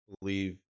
believe